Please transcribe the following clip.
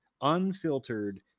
unfiltered